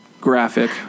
graphic